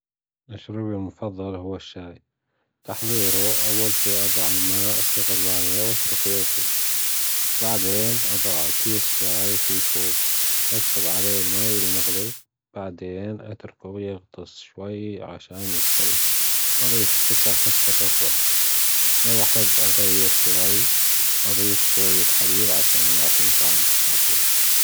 مشروبى المفضل هو الشاى تحضيرة اول شئ اضع الماء فى غلاية وأتركة يغلى بعدين أضع كيس شاى فى كوب وأسكب علية الماء المغلى بعدين أتركة يغطس شوى علشان يستوى وأضيف السكر حسب الرغبة لو أحب اغير شوى أضيف شوية حليب علشان يعطى طعم أطيب